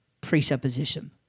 presupposition